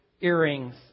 earrings